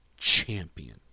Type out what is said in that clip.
Champion